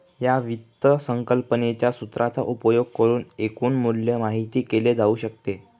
या वित्त संकल्पनेच्या सूत्राचा उपयोग करुन एकूण मूल्य माहित केले जाऊ शकते